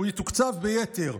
הוא יתוקצב ביתר.